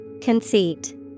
Conceit